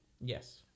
Yes